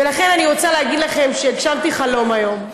ולכן, אני רוצה להגיד לכם שהגשמתי חלום היום.